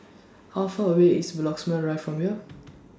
How Far away IS Bloxhome Rive from here